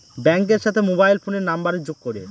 ব্যাঙ্কের সাথে মোবাইল ফোনের নাম্বারের যোগ করে